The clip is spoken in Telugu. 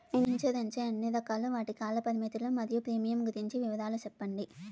ఇన్సూరెన్సు లు ఎన్ని రకాలు? వాటి కాల పరిమితులు మరియు ప్రీమియం గురించి వివరాలు సెప్పండి?